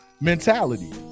mentality